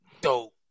dope